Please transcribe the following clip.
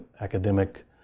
academic